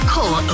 Call